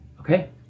Okay